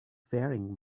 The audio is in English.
faring